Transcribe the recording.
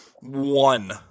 one